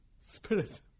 Spirit